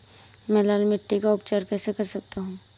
मैं लाल मिट्टी का उपचार कैसे कर सकता हूँ?